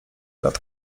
lat